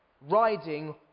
riding